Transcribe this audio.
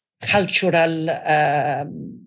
cultural